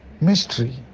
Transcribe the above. mystery